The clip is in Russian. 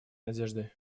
надежды